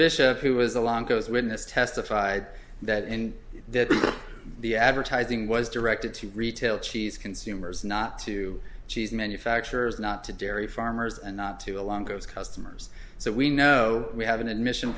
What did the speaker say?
bishop who was a long goes witness testified that in that the advertising was directed to retail cheese consumers not to cheese manufacturers not to dairy farmers and not to along those customers so we know we have an admission